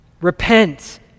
Repent